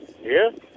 Yes